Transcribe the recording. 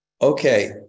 Okay